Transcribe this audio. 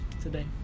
today